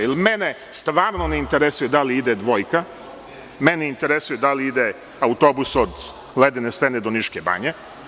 Jer, mene stvarno ne interesuje da li ide „dvojka“, mene interesuje da li ide autobus od Ledene stene do Niške banje.